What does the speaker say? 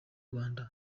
rwanda